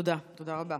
תודה, תודה רבה.